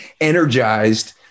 energized